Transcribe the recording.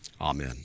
Amen